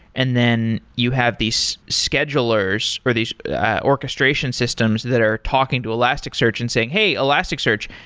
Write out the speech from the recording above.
and then you have these schedulers, or these orchestration systems that are talking to elasticsearch and saying, hey, elasticsearch,